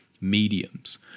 mediums